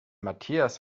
matthias